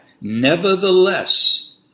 Nevertheless